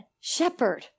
Shepherd